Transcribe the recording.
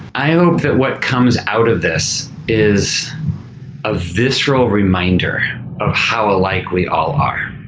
i hope that what comes out of this is a visual reminder of how alike we all are.